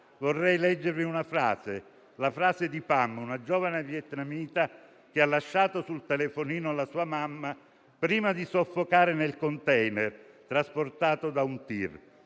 Vorrei leggervi una frase, quella di Pam, una giovane vietnamita che ha lasciato sul telefonino alla sua mamma prima di soffocare nel *container*, trasportato da un TIR: